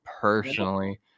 personally